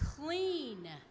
clean